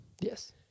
Yes